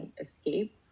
escape